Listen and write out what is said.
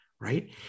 Right